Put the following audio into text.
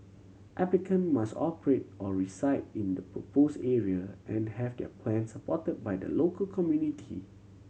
applicant must operate or reside in the propose area and have their plans supported by the local community